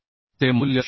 चे मूल्य 0